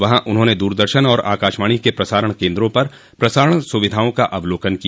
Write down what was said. वहां उन्होंने दूरदर्शन और आकाशवाणी के प्रसारण केन्द्रों पर प्रसारण सुविधाओं का अवलोकन किया